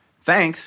Thanks